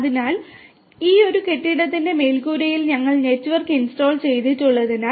അതിനാൽ ഈ ഒരു കെട്ടിടത്തിന്റെ മേൽക്കൂരയിൽ ഞങ്ങൾ നെറ്റ്വർക്ക് ഇൻസ്റ്റാൾ ചെയ്തിട്ടുള്ളതിനാൽ